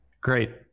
Great